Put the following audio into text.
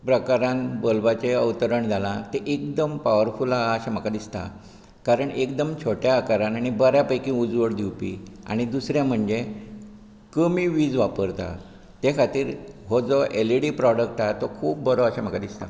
प्रकारान बल्बाचे अवतरण जाला ते एकदम पावरफूल आसा म्हाका दिसता कारण एकदम छोट्या आकारान आनी बऱ्या पैकी उजवाड दिवपी आनी दुसरे म्हणजे कमी वीज वापरता ते खातीर हो जो एलइडी प्रॉडक्ट हा तो खूब बरो अशें म्हाका दिसता